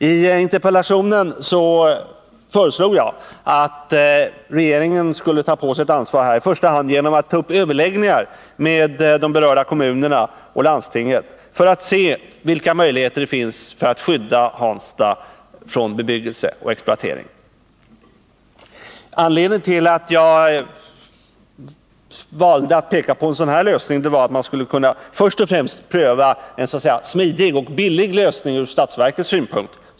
I interpellationen föreslog jag att regeringen skulle ta på sig ett ansvar, i första hand genom att ta upp överläggningar med de berörda kommunerna och landstinget, för att se vilka möjligheter det finns för att skydda Hansta från bebyggelse och exploatering. Jag valde att peka på en sådan lösning därför att man först och främst skulle kunna pröva en så smidig och billig lösning som möjligt ur statsverkets synpunkt.